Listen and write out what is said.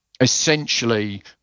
essentially